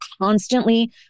constantly